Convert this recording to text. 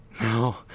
No